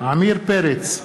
עמיר פרץ,